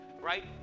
right